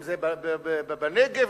אם בנגב,